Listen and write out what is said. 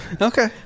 Okay